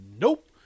nope